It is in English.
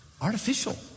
artificial